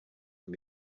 can